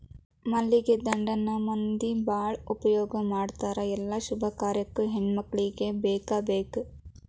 ಮಲ್ಲಿಗೆ ದಂಡೆನ ಮಂದಿ ಬಾಳ ಉಪಯೋಗ ಮಾಡತಾರ ಎಲ್ಲಾ ಶುಭ ಕಾರ್ಯಕ್ಕು ಹೆಣ್ಮಕ್ಕಳಿಗೆ ಬೇಕಬೇಕ